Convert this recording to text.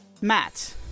Matt